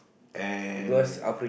and